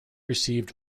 received